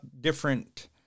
different